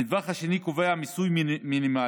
הנדבך השני קובע מיסוי מינימלי.